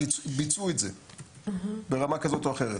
ביצעו את זה ברמה כזאת או אחרת.